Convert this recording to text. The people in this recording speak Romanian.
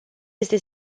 este